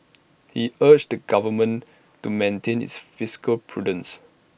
he urged the government to maintain its fiscal prudence